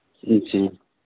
जी